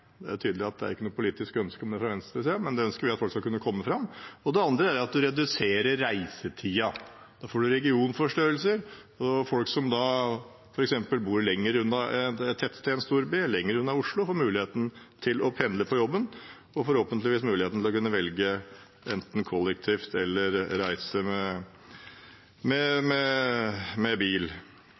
Det er tydelig at det ikke er noe politisk ønske om det fra venstresiden, men vi ønsker at folk skal kunne komme fram. Det andre er at man reduserer reisetiden. Man får regionforstørrelser. Folk som f.eks. bor lenger unna et tettsted eller en storby, lenger unna Oslo, får muligheten til å pendle til jobb og forhåpentligvis muligheten til å kunne velge enten å reise kollektivt eller med bil.